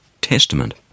Testament